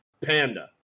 panda